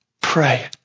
pray